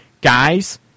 Guys